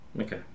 okay